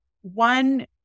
One